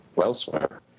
elsewhere